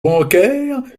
bancaire